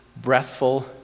breathful